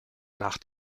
nach